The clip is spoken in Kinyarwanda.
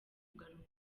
kugaruka